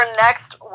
next